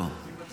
הוא יגיד לך לא,